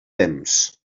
temps